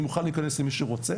אני מוכן להיכנס עם מי שרוצה